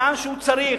לאן שהוא צריך,